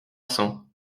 cents